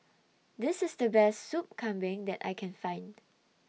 This IS The Best Sup Kambing that I Can Find